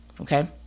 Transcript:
okay